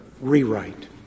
rewrite